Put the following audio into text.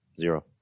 Zero